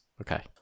Okay